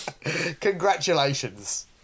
Congratulations